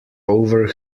over